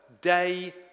Day